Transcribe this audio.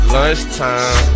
Lunchtime